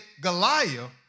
Goliath